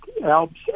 helps